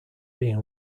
being